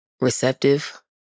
receptive